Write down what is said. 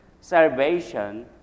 Salvation